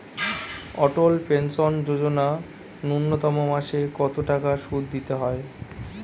অটল pension Yojana ন্যূনতম মাসে কত টাকা সুধ দিতে হয়?